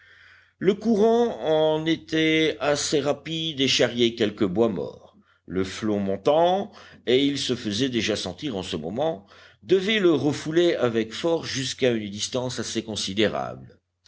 le courant en était assez rapide et charriait quelques bois morts le flot montant et il se faisait déjà sentir en ce moment devait le refouler avec force jusqu'à une distance assez considérable